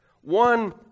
one